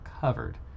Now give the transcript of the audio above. covered